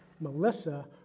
Melissa